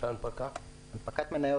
כל הנתונים